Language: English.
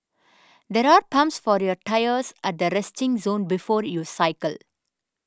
there are pumps for your tyres at the resting zone before you cycle